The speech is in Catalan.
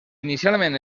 inicialment